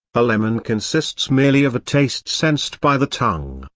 a lemon consists merely of a taste sensed by the tongue,